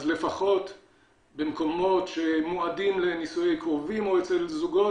אז לפחות במקומות שמועדים לנישואי קרובים או אצל זוגות